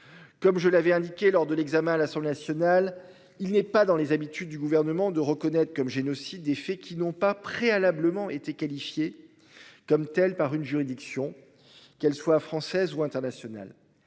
Comme je l'avais indiqué lors de l'examen à l'Assemblée nationale, il n'est pas dans les habitudes du gouvernement de reconnaître comme génocide des faits qui n'ont pas préalablement été qualifiés comme tels par une juridiction qu'elle soit française ou internationale.